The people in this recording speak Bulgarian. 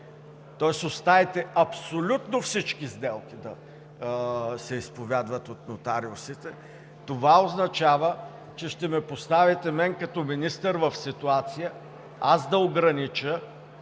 тоест оставите абсолютно всички сделки да се изповядват от нотариусите, това означава, че ще ме поставите мен като министър в ситуация аз да огранича